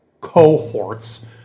cohorts